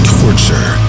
torture